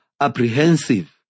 apprehensive